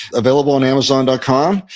available on amazon dot com.